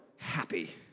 Happy